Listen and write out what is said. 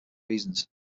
reasons